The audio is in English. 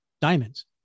diamonds